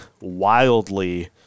wildly